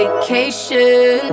Vacation